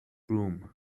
broom